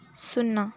ଶୂନ